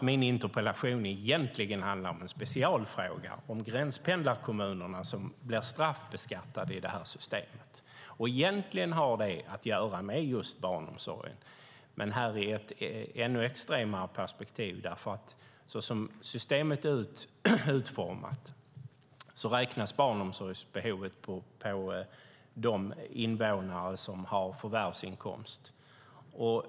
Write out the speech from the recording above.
Min interpellation handlar egentligen om en specialfråga om gränspendlarkommunerna, som blir straffbeskattade i det här systemet. Egentligen har det att göra med just barnomsorgen. Men här är det ett ännu extremare perspektiv. Så som systemet är utformat räknas nämligen barnomsorgsbehovet på de invånare som har förvärvsinkomst.